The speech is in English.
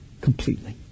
completely